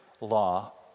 law